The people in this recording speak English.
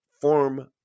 form